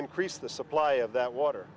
increase the supply of that water